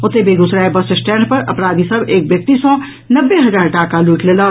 ओतहि Begusarai bus stand पर अपराधी सभ एक व्यक्ति सॅ नब्बे हजार टाका लूटि लेलक